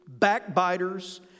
backbiters